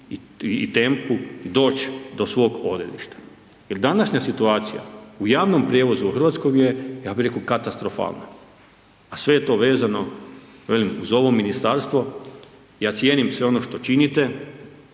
i tempu doći do svog odredišta jer današnja situacija u javnom prijevozu u Hrvatskoj je, ja bih rekao katastrofalna. A sve je to vezano, velim, uz ovo ministarstvo, ja cijenim sve ono što činite,